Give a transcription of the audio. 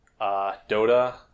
dota